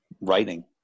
writing